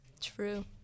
True